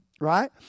right